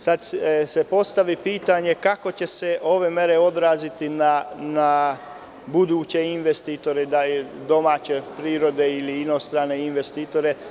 Sada se postavlja pitanje – kako će se ove mere odraziti na buduće investitore domaće prirode ili inostrane investitore?